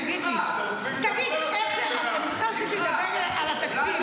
--- שמחה --- אני בכלל רציתי לדבר על התקציב.